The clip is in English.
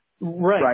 Right